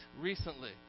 recently